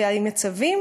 / ועם הצבים?